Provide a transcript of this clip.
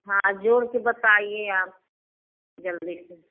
हाँ जोड़ के बताइए आप जल्दी से